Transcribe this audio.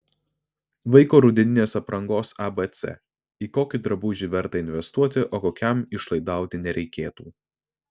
vaiko rudeninės aprangos abc į kokį drabužį verta investuoti o kokiam išlaidauti nereikėtų